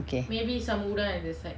okay